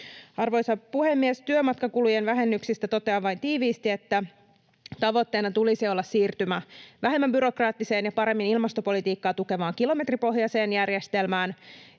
Arvoisa puhemies! Työmatkakulujen vähennyksistä totean vain tiiviisti, että tavoitteena tulisi olla siirtymä vähemmän byrokraattiseen ja paremmin ilmastopolitiikkaa tukevaan, kilometripohjaiseen järjestelmään,